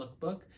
lookbook